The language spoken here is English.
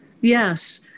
Yes